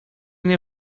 nie